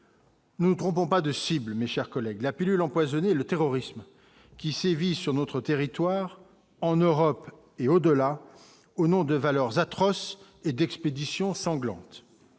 Nous trompons pas de cibles, mes chers collègues, la pilule empoisonnée le terrorisme qui sévit sur notre territoire en Europe et au-delà, au nom de valeurs atroce et d'expédition sanglante,